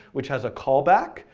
which has a callback,